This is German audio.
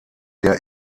der